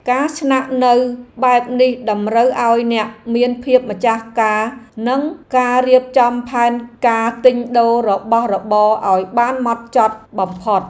ការស្នាក់នៅបែបនេះតម្រូវឱ្យអ្នកមានភាពម្ចាស់ការនិងការរៀបចំផែនការទិញដូររបស់របរឱ្យបានម៉ត់ចត់បំផុត។